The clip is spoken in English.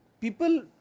People